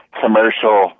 commercial